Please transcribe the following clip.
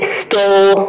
stole